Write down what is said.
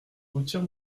retire